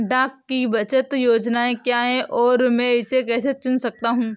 डाकघर की बचत योजनाएँ क्या हैं और मैं इसे कैसे चुन सकता हूँ?